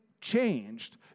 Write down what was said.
changed